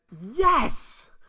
Yes